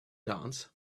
dance